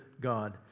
God